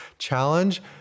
challenge